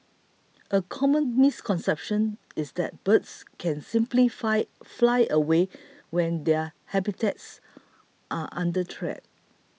a common misconception is that birds can simply fine fly away when their habitats are under threat